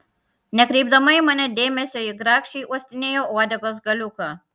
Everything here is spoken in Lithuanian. nekreipdama į mane dėmesio ji grakščiai uostinėjo uodegos galiuką